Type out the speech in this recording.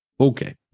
okay